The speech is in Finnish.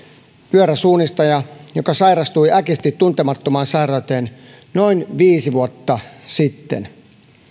pyöräsuunnistaja joka sairastui äkisti tuntemattomaan sairauteen noin viisi vuotta sitten